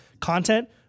content